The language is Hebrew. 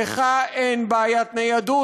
לך אין בעיית ניידות,